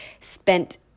spent